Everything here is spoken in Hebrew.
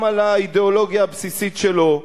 גם על האידיאולוגיה הבסיסית שלו,